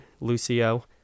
Lucio